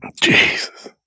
Jesus